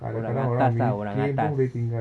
orang atas ah orang atas